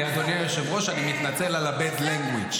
אדוני היושב-ראש, אני מתנצל על ה-bad language.